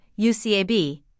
UCAB